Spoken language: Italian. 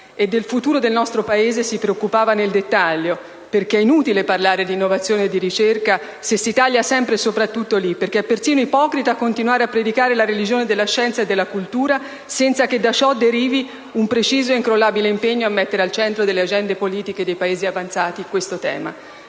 E del futuro del nostro Paese si preoccupava nel dettaglio, perché è inutile parlare di innovazione e di ricerca se si taglia sempre e soprattutto lì, perché è persino ipocrita continuare a predicare la religione della scienza e della cultura senza che da ciò derivi un preciso e incrollabile impegno a mettere al centro delle agende politiche dei Paesi avanzati questo tema.